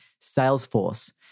Salesforce